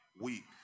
week